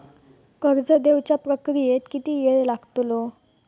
कर्ज देवच्या प्रक्रियेत किती येळ लागतलो?